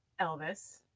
Elvis